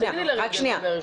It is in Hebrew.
תני לי רגע לדבר.